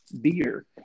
beer